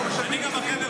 אנחנו משלמים מיסים,